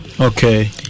Okay